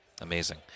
amazing